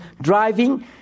driving